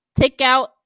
takeout